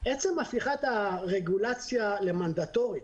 עצם הפיכת הרגולציה למנדטורית,